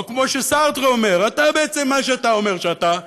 או כמו שסארטר אומר: אתה בעצם מה שאתה אומר שאתה,